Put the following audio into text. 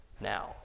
now